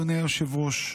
אדוני היושב-ראש: